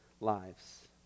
lives